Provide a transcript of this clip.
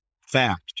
fact